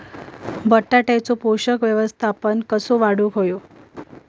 बटाट्याचा पोषक व्यवस्थापन कसा वाढवुक होया?